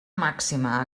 màxima